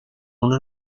una